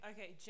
Okay